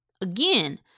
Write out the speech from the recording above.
Again